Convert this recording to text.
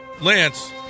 Lance